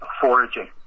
foraging